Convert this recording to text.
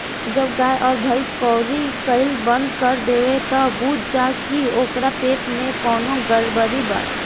जब गाय अउर भइस कउरी कईल बंद कर देवे त बुझ जा की ओकरा पेट में कवनो गड़बड़ी बा